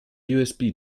usb